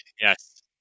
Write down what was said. yes